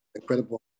Incredible